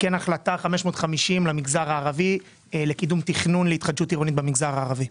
וכן החלטה 550 למגזר הערבי לקידום תכנון להתחדשות עירונית במגזר הערבי.